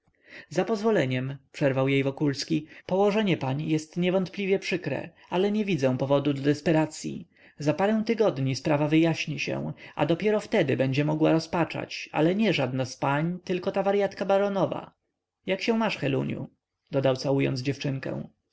za pozwoleniem przerwał jej wokulski położenie pań jest niewątpliwie przykre ale nie widzę powodu do desperacyi za parę tygodni sprawa wyjaśni się a dopiero wtedy będzie mogła rozpaczać ale nie żadna z pań tylko ta waryatka baronowa jak się masz heluniu dodał całując dziewczynkę